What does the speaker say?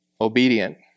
obedient